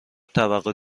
توقع